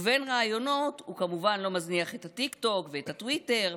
ובין הראיונות הוא כמובן לא מזניח את הטיקטוק ואת הטוויטר,